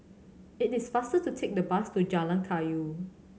it is faster to take the bus to Jalan Kayu